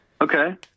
Okay